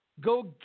go